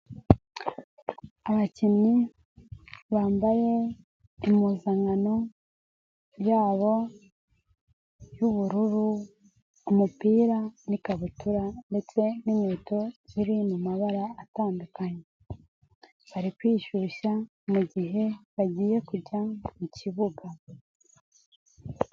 Abakinnyi bambaye impuzankano yabo y'ubururu, umupira n'ikabutura ndetse n'inkweto ziri mabara atandukanye. Bari kwishyushya mu gihe bagiye kujya mu kibuga.